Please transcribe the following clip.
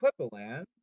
Clipperland